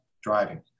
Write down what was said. driving